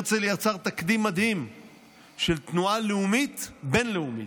הרצל יצר תקדים מדהים של תנועה לאומית בין-לאומית,